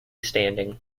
standing